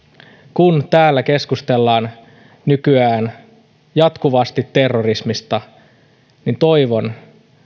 kun täällä keskustellaan nykyään jatkuvasti terrorismista niin toivon